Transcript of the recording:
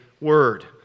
word